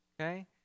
Okay